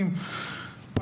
כתוב כך: ״הזהרנו את בני ישראל,